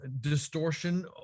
distortion